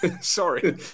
Sorry